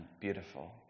beautiful